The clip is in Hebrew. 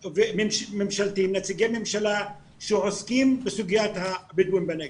נציגי ממשלה שעוסקים בסוגיית הבדואים בנגב.